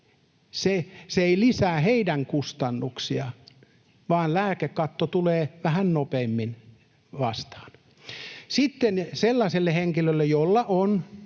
Se ei lisää heidän kustannuksiaan, vaan lääkekatto tulee vähän nopeammin vastaan. Sitten sellaiselle henkilölle, jolla on